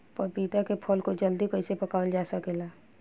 पपिता के फल को जल्दी कइसे पकावल जा सकेला?